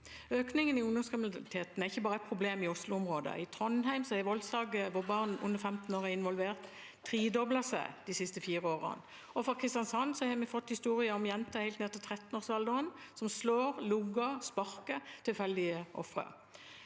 Økningen i ungdomskriminalitet er ikke bare et problem i Oslo-området. I Trondheim har voldssaker hvor barn under 15 år er involvert, tredoblet seg de siste fire årene, og fra Kristiansand har vi fått historier om jenter helt ned i trettenårsalderen som slår, lugger og sparker tilfeldige ofre.